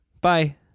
Bye